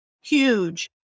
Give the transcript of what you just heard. huge